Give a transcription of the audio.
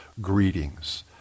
greetings